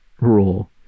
rule